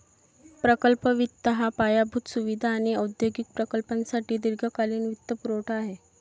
प्रकल्प वित्त हा पायाभूत सुविधा आणि औद्योगिक प्रकल्पांसाठी दीर्घकालीन वित्तपुरवठा आहे